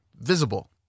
visible